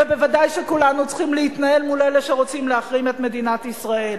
וודאי שכולנו צריכים להתנהל מול אלה שרוצים להחרים את מדינת ישראל.